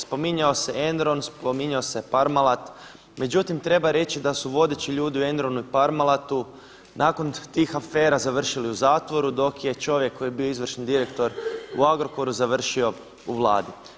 Spominjao se Enron, spominjao se Parmalat, međutim treba reći da su vodeći ljudi u Enronu i Parmalatu nakon tih afera završili u zatvoru, dok je čovjek koji je bio izvršni direktor u Agrokoru završio u Vladi.